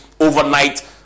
overnight